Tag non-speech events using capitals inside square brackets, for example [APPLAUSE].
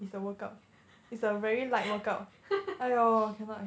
[LAUGHS]